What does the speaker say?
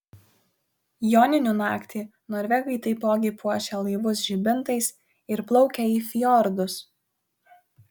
joninių naktį norvegai taipogi puošia laivus žibintais ir plaukia į fjordus